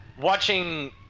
watching